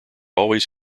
always